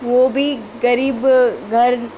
हो बि ग़रीबु घरु